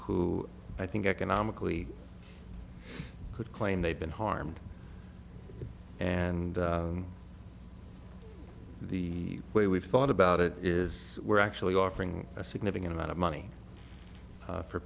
who i think economically could claim they've been harmed and the way we've thought about it is we're actually offering a significant amount of money